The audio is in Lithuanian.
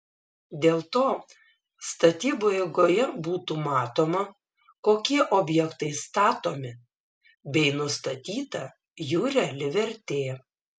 dėl to statybų eigoje būtų matoma kokie objektai statomi bei nustatyta jų reali vertė